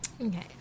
Okay